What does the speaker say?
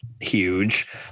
huge